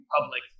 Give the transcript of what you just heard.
public